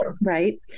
right